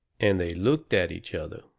and they looked at each other,